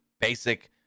basic